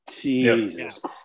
Jesus